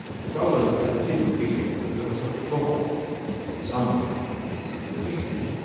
but roland had a dim feeling that there was a flaw somewhere in the reasoning